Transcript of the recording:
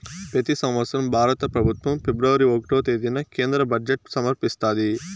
పెతి సంవత్సరం భారత పెబుత్వం ఫిబ్రవరి ఒకటో తేదీన కేంద్ర బడ్జెట్ సమర్పిస్తాది